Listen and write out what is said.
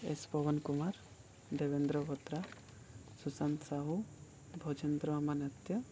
S Pawan Kumar Devendra Bhadra Sushant Sahu Bhajendra Amanatya